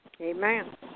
amen